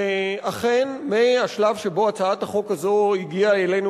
שאכן מהשלב שבו הצעת החוק הזאת הגיעה אלינו